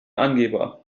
angeber